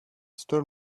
stole